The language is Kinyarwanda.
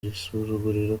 igisuzuguriro